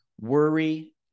worry